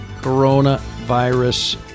coronavirus